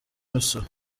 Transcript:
imisoro